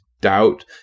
doubt